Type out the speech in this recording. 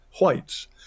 whites